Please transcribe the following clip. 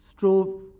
strove